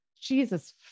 Jesus